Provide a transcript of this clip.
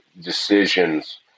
decisions